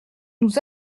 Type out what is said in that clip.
nous